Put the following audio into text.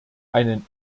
einen